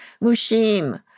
Mushim